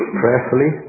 prayerfully